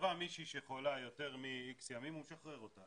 בצבא מישהי שחולה יותר מ-X ימים הוא משחרר אותה,